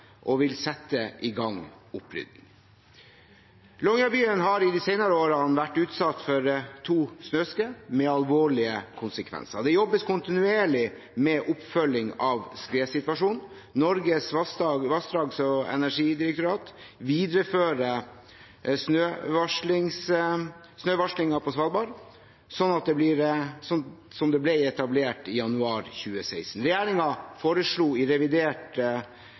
og vil sette i gang en opprydding. Longyearbyen har i de senere årene vært utsatt for to snøskred med alvorlige konsekvenser, og det jobbes kontinuerlig med oppfølging av skredsituasjonen. Norges vassdrags- og energidirektorat viderefører snøvarslingen på Svalbard som ble etablert i januar 2016. Regjeringen foreslo i revidert